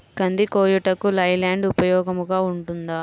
కంది కోయుటకు లై ల్యాండ్ ఉపయోగముగా ఉంటుందా?